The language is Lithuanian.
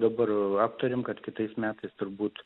dabar aptarėm kad kitais metais turbūt